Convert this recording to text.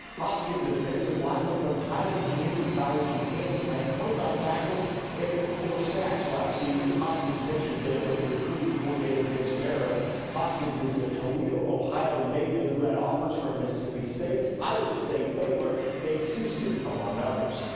hoskins, a defensive lineman from highland community college in kansas had twenty five tackles and four sacks last season. hoskins pictured there with recruiting coordinator vince marrow hoskins is a toledo, ohio native who had offers from mississippi state, iowa state, baylor and houston among others.